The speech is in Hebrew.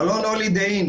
מלון הולידיי אין,